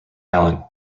alan